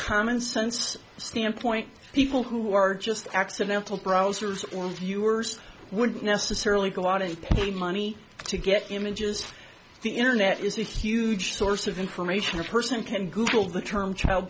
common sense standpoint people who are just accidental browsers or view worst wouldn't necessarily go out and pay money to get images from the internet is a huge source of information a person can google the term child